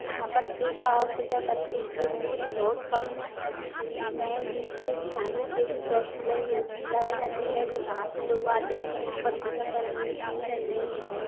यहाँ पर टीका और टीकाकरण के केंद्र भी बहुत कम में हैं जिससे कि आगे जो की वैक्सीन लगी हो लगाई जाती है वो बाहर से लोग आते हैं यहाँ पर टीकाकरण केंद्र भी नहीं है